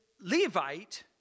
Levite